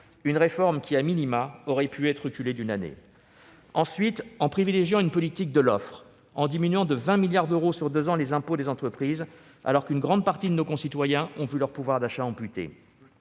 Cette réforme aurait pu être reculée d'une année. Ensuite, il privilégie une politique de l'offre, en diminuant de 20 milliards d'euros sur deux ans les impôts des entreprises, alors qu'une grande partie de nos concitoyens ont vu leur pouvoir d'achat amputé.